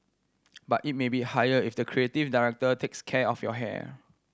but it may be higher if the creative director takes care of your hair